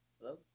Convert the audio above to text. Hello